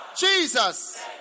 Jesus